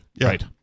Right